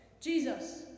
Jesus